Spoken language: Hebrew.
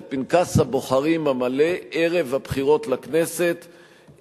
פנקס הבוחרים המלא ערב הבחירות לכנסת,